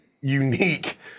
unique